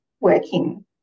working